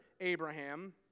Abraham